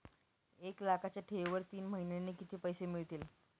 एक लाखाच्या ठेवीवर तीन महिन्यांनी किती पैसे मिळतील?